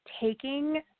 taking